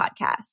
podcast